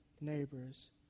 neighbors